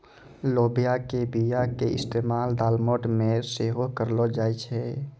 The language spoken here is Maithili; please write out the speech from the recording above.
लोबिया के बीया के इस्तेमाल दालमोट मे सेहो करलो जाय छै